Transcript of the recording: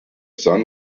son